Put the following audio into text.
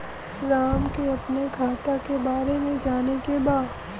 राम के अपने खाता के बारे मे जाने के बा?